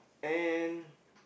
and